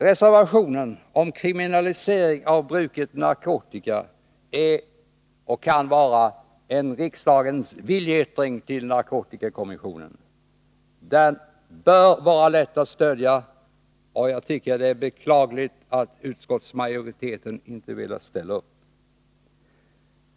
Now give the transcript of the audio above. Reservationen om kriminalisering av bruket av narkotika är och kan vara en riksdagens viljeyttring till narkotikakommissionen. Den bör vara lätt att stödja. Jag tycker att det är beklagligt att utskottsmajoriteten inte har velat ställa upp.